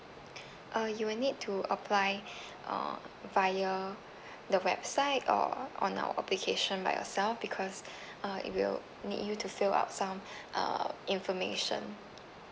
uh you will need to apply uh via the website or on our application by yourself because uh it will need you to fill up some uh information